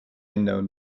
unknown